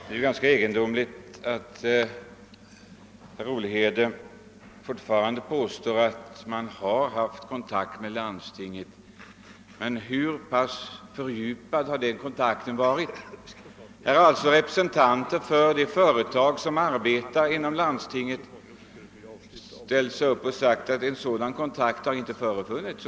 Herr talman! Det är egendomligt att herr Olhede fortfarande påstår att man har haft kontakt med landstingen. Hur djup har den kontakten varit? Här har representanter för landstingens företag ställt sig upp och sagt att någon sådan kontakt inte har förekommit.